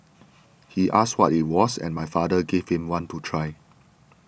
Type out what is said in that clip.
he asked what it was and my father gave him one to try